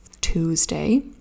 Tuesday